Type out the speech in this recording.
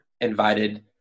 invited